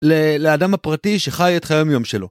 לאדם הפרטי שחי את חיי היום יום שלו.